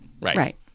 Right